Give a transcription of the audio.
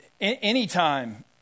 anytime